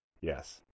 Yes